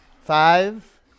five